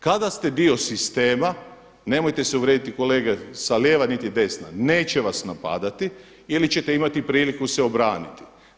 Kada ste dio sistema, nemojte se uvrijediti kolege sa lijeva niti desna, neće vas napadati ili ćete imati priliku se obraniti.